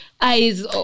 eyes